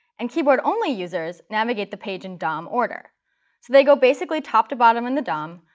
and keyboard-only users navigate the page in dom order. so they go basically top to bottom in the dom,